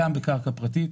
גם בקרקע פרטית,